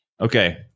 Okay